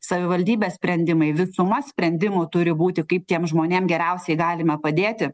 savivaldybės sprendimai visuma sprendimų turi būti kaip tiem žmonėm geriausiai galime padėti